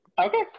Okay